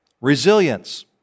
Resilience